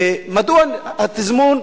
מדוע התזמון?